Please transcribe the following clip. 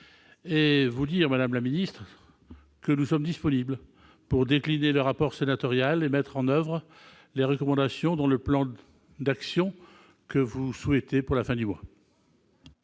et vous dire, madame la ministre, que nous sommes disponibles pour décliner le rapport sénatorial et mettre en oeuvre ses recommandations dans le plan d'action que vous avez évoqué. L'amendement